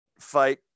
fight